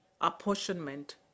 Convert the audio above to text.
apportionment